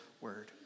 word